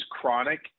chronic